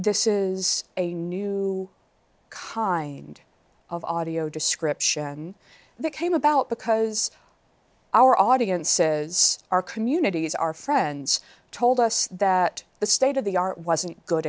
this is a new kind of audio description that came about because our audience says our communities our friends told us that the state of the art wasn't good